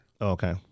Okay